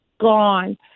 gone